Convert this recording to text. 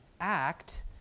act